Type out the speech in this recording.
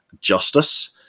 justice